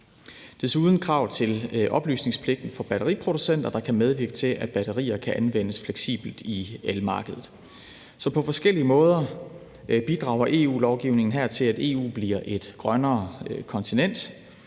er der krav til oplysningspligten for batteriproducenter, der kan medvirke til, at batterier kan anvendes fleksibelt i elmarkedet. Så på forskellige måder bidrager EU-lovgivningen her til, at EU bliver et grønnere kontinent.